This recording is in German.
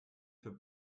für